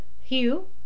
Hugh